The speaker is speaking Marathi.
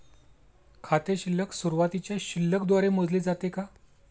खाते शिल्लक सुरुवातीच्या शिल्लक द्वारे मोजले जाते का?